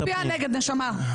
אני לא מצביעה נגד, נשמה.